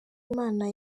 imana